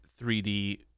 3D